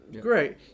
Great